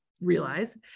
realize